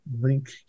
Link